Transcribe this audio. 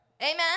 Amen